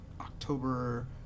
October